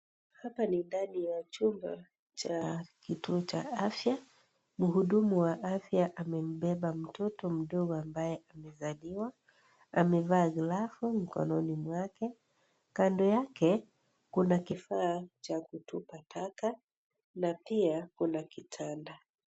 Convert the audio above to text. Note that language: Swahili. Hapa ni ndani ya chumba cha kituo cha afya. Mhudumu wa afya amembeba mtoto mdogo ambaye amezaliwa. Amevaa glovu mkononi mwake. Kando yake, kuna kifaa cha kutupa taka na pia kuna kitanda.